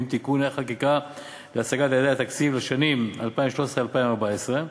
(תיקוני חקיקה להשגת יעדי התקציב לשנים 2013 2014),